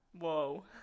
Whoa